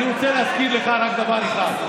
אני רוצה להזכיר לך רק דבר אחד.